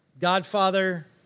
Godfather